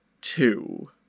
two